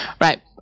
Right